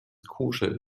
koscher